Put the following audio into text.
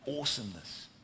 awesomeness